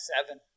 seven